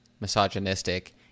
misogynistic